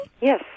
Yes